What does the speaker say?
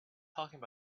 talking